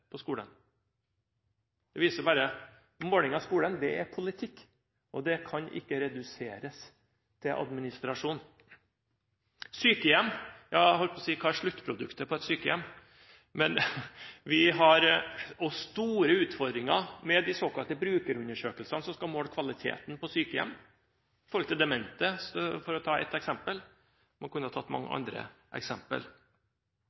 på skolen. Det viser bare at måling av skolen er politikk, og det kan ikke reduseres til administrasjon. Så til sykehjem. Jeg holdt på å si: Hva er sluttproduktet på et sykehjem? Vi har også store utfordringer med de såkalte brukerundersøkelsene som skal måle kvaliteten på sykehjem, f.eks. når det gjelder demente, men man kunne ha tatt mange